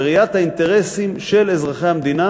בראיית האינטרסים של אזרחי המדינה,